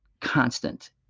constant